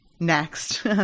next